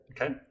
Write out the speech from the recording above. Okay